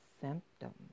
symptoms